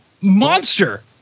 Monster